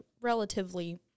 relatively